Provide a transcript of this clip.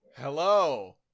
Hello